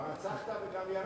הרצחת וגם ירשת.